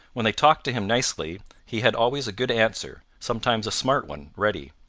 when they talked to him nicely he had always a good answer, sometimes a smart one, ready,